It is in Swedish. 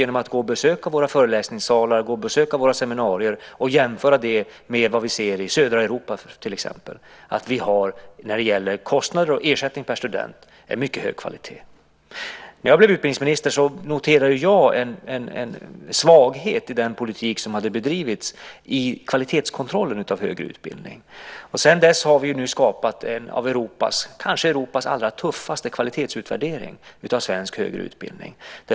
Det är bara att besöka våra föreläsningssalar och seminarier och jämföra med vad vi ser i södra Europa till exempel. När det gäller kostnader och ersättning per student håller vi en mycket hög kvalitet. När jag blev utbildningsminister noterade jag en svaghet i den politik som hade bedrivits i kvalitetskontrollen av högre utbildning. Sedan dess har vi skapat kanske Europas allra tuffaste kvalitetsutvärdering av svensk högre utbildning.